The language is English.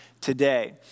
today